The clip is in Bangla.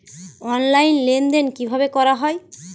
অনলাইন লেনদেন কিভাবে করা হয়?